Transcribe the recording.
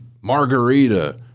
margarita